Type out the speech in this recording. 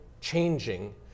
changing